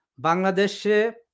Bangladesh